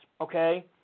okay